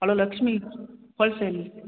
hello Lakshmi